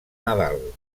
nadal